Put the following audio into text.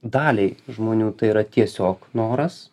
daliai žmonių tai yra tiesiog noras